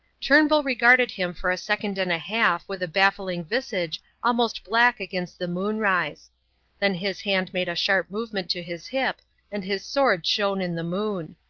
turnbull regarded him for a second and a half with a baffling visage almost black against the moonrise then his hand made a sharp movement to his hip and his sword shone in the moon.